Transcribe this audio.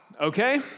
Okay